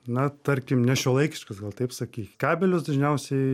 na tarkim nešiuolaikiškas gal taip sakyt kabelius dažniausiai